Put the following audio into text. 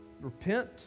repent